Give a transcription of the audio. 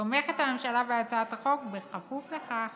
תומכת הממשלה בהצעת החוק, כפוף לכך